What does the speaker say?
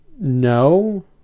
no